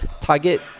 target